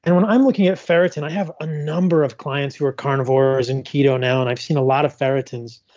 and when i'm looking at ferritin, i have a number of clients who are carnivores and keto now. and i've seen a lot of ferritins.